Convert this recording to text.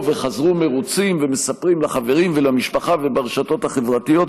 וחזרו מרוצים ומספרים לחברים ולמשפחה וברשתות החברתיות.